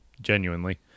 Genuinely